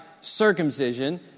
circumcision